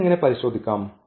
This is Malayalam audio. ഇത് എങ്ങനെ പരിശോധിക്കാം